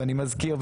ואני מזכיר,